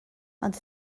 ond